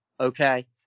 Okay